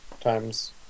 times